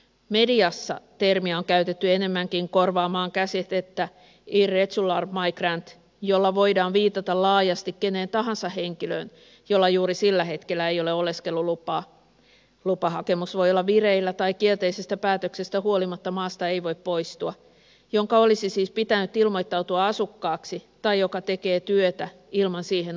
mediassa termiä on käytetty enemmänkin korvaamaan käsitettä irregular migrant jolla voidaan viitata laajasti keneen tahansa henkilöön jolla juuri sillä hetkellä ei ole oleskelulupaa lupahakemus voi olla vireillä tai kielteisestä päätöksestä huolimatta maasta ei voi poistua jonka olisi pitänyt ilmoittautua asukkaaksi tai joka tekee työtä ilman siihen oikeuttavaa lupaa